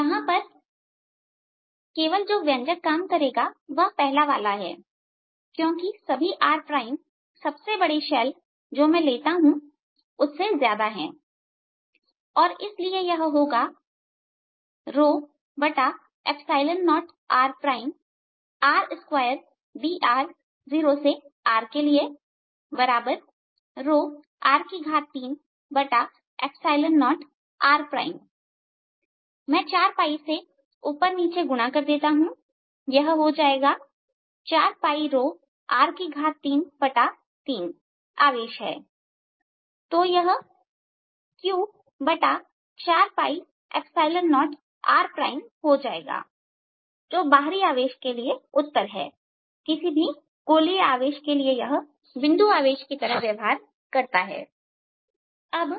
यहां पर केवल जो व्यंजक काम करेगा वह पहला वाला है क्योंकि सभी r प्राइम सबसे बड़े शैल जो मैं लेता हूं उससे ज्यादा है और इसलिए यह होगा 0r0R r2dr R30rमैं 4से उपर नीचे गुना कर देता हूं यह हो जाएगा 4ρR33आवेश है तो यह Q40rहो जाएगा जो बाहरी आवेश के लिए उत्तर है किसी भी गोलिय आवेश के लिए यह बिंदु आवेश की तरह व्यवहार करता है